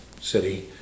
city